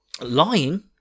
Lying